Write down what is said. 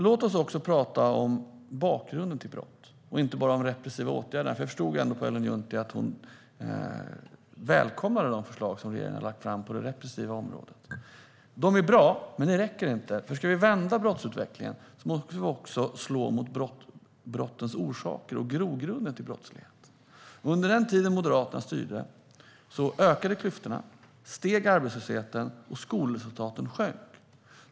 Låt oss också prata om bakgrunden till brott och inte bara om de repressiva åtgärderna. Jag förstod av Ellen Juntti att hon välkomnar de förslag som vi har lagt fram på det repressiva området. Förslagen är bra, men de räcker inte. Ska vi vända brottsutvecklingen måste vi också slå mot brottens orsaker och grogrunden till brottslighet. Under den tid som Moderaterna styrde ökade klyftorna, arbetslösheten steg och skolresultaten sjönk.